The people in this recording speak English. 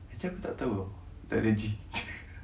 actually aku tak tahu like legit